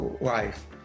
life